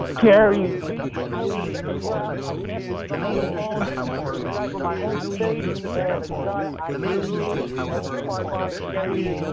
garyvee, holy crap. i can't believe i'm on the phone with a guy from my home state and a and guy i truly am inspired by, and garyvee.